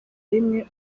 rimwe